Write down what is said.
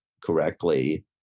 correctly